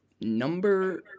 Number